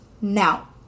Now